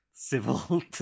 civil